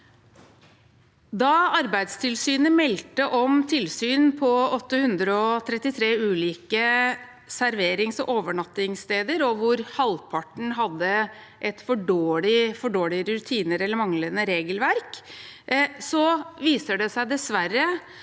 Da Arbeidstilsynet meldte om tilsyn på 833 ulike serverings- og overnattingssteder, hvor halvparten hadde for dårlige rutiner eller manglende regelverk, viste det seg dessverre